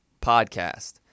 Podcast